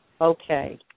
Okay